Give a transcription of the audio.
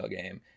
game